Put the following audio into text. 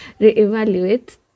reevaluate